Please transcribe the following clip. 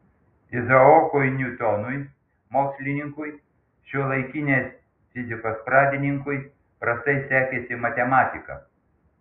izaokui niutonui mokslininkui šiuolaikinės fizikos pradininkui prastai sekėsi matematika